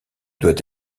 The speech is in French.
doit